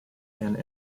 and